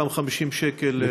אותם 50 שקל,